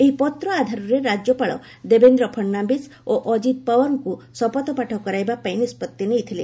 ଏହି ପତ୍ର ଆଧାରରେ ରାଜ୍ୟପାଳ ଦେବେନ୍ଦ୍ର ଫଡ୍ନାବିସ୍ ଓ ଅଜିତ ପାୱାରଙ୍କ ଶପଥ ପାଠ କରାଇବା ପାଇଁ ନିଷ୍ପତ୍ତି ନେଇଥିଲେ